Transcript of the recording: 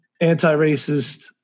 anti-racist